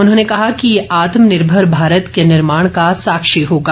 उन्होंने कहा कि यह आत्मनिर्भर भारत के निर्माण का साक्षी होगा